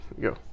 go